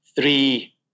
three